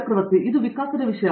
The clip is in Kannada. ಆರ್ ಚಕ್ರವರ್ತಿ ಇದು ವಿಕಾಸದ ವಿಷಯ